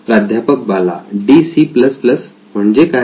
प्राध्यापक Bala D C plus plus DC म्हणजे काय